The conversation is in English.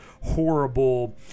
horrible